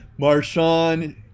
Marshawn